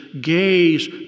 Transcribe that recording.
gaze